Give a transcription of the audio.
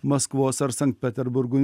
maskvos ar sankt peterburgo